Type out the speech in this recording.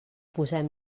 posem